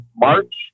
March